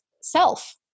self